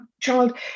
child